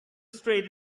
street